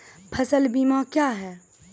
फसल बीमा क्या हैं?